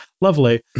Lovely